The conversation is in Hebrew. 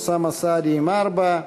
אוסאמה סעדי עם ארבע,